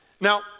Now